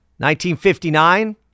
1959